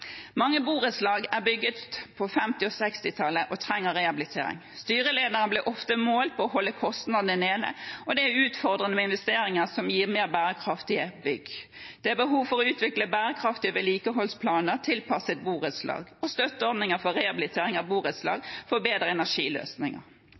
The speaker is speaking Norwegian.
Mange borettslag er bygget på 1950 og -60-tallet og trenger rehabilitering. Styrelederne blir ofte målt på om de holder kostnadene nede, og det er utfordrende med investeringer som gir mer bærekraftige bygg. Det er behov for å utvikle bærekraftige vedlikeholdsplaner tilpasset borettslag og støtteordninger for rehabilitering av borettslag